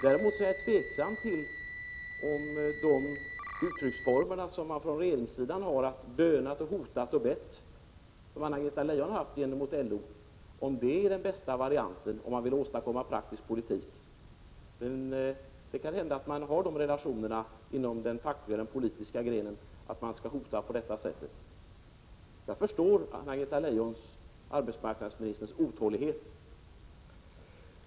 Däremot är jag tveksam till om regeringssidans och Anna-Greta Leijons sätt att böna och be och hota när det gäller LO är den bästa varianten för att åstadkomma praktisk politik. Kanske har socialdemokraterna sådana relationer till den fackliga och den politiska grenen att man skall hota på det viset. Jag förstår arbetsmarknadsministerns otålighet.